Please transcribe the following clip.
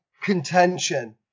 contention